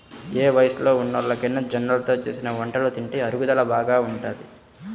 ఏ వయస్సులో ఉన్నోల్లకైనా జొన్నలతో చేసిన వంటలు తింటే అరుగుదల బాగా ఉంటది